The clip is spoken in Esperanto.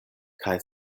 kaj